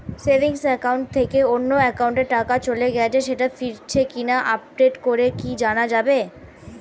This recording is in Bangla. সেভিংস একাউন্ট থেকে অন্য একাউন্টে টাকা চলে গেছে সেটা ফিরেছে কিনা আপডেট করে কি জানা যাবে?